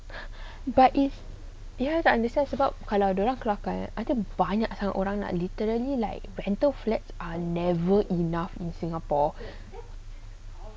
but if you have to understand sebab kalau dia orang keluarkan I think banyak sangat orang nak literally like rental flats are never enough in singapore